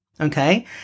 okay